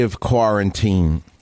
Quarantine